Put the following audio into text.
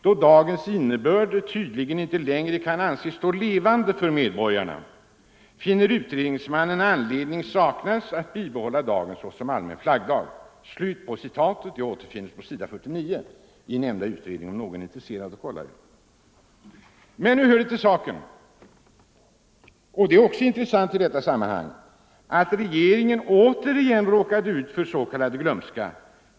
Då dagens innebörd tydligen icke längre kan anses stå levande för medborgarna, finner utredningsmannen anledning saknas att bibehålla dagen såsom allmän flaggdag.” Citatet finns på s. 49 i nämnda utredning - om någon är intresserad av att kolla det. Men nu hör det till saken, och det är också intressant i detta sammanhang, att regeringen återigen råkade ut för s.k. glömska.